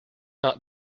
not